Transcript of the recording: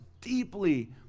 deeply